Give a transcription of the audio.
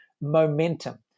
Momentum